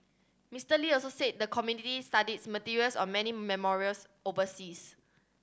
Mister Lee also said the committee studies materials on many memorials overseas